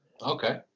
Okay